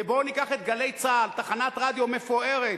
ובואו ניקח את "גלי צה"ל" תחנת רדיו מפוארת.